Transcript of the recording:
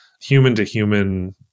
human-to-human